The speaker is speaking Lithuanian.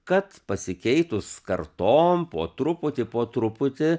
kad pasikeitus kartoms po truputį po truputį